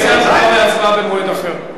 והצבעה במועד אחר.